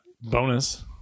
bonus